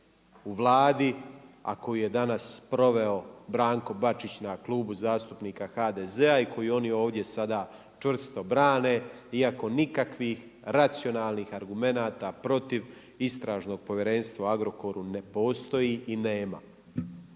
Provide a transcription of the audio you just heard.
u Vladi a koju je danas proveo Branko Bačić na Klubu zastupnika HDZ-a i koji oni ovdje sada čvrsto brane iako nikakvih racionalnih argumenata, protiv istražnog povjerenstva o Agrokoru ne postoji i nema.